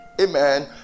Amen